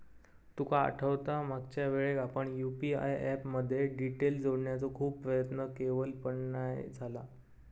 तुका आठवता मागच्यावेळेक आपण यु.पी.आय ऍप मध्ये डिटेल जोडण्याचो खूप प्रयत्न केवल पण नाय झाला